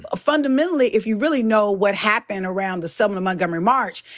ah fundamentally if you really know what happened around the selma, montgomery march,